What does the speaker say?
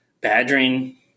badgering